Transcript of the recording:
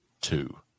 two